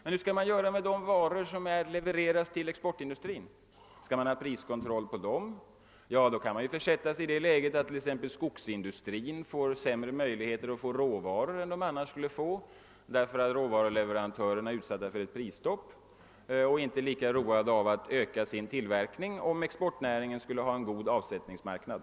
Men hur skall vi göra med de varor som levereras till exportindustrin? Skall vi ha priskontroll på dem? I så fall kan vi komma i det läget att t.ex. skogsindustrin får sämre möjligheter att erhålla råvaror än vad annars skulle bli fallet. Om råvaruleverantörerna är utsatta för ett prisstopp blir de inte lika roade av att öka sin produktion, när exportnäringen begär detta till följd av goda avsättningsmöjligheter.